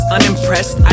Unimpressed